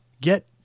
get